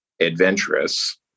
adventurous